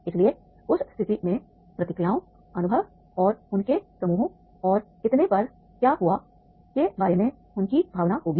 इसलिए उस स्थिति में प्रतिक्रियाओं अनुभव और उनके समूहों और इतने पर क्या हुआ के बारे में उनकी भावना होगी